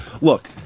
look